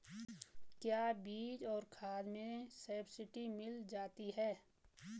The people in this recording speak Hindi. क्या बीज और खाद में सब्सिडी मिल जाती है?